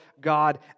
God